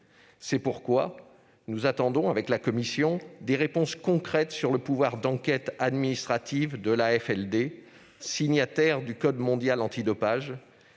C'est pourquoi, avec la commission, nous attendons des réponses concrètes sur le pouvoir d'enquête administrative de l'AFLD, signataire du code mondial antidopage,